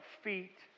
feet